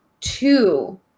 Two